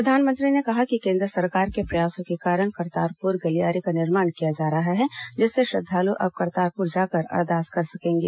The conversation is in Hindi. प्रधानमंत्री ने कहा कि केन्द्र सरकार के प्रयासों के कारण करतारपुर गलियारे का निर्माण किया जा रहा है जिससे श्रद्दालु अब करतारपुर जाकर अरदास कर सकेंगे